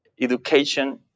education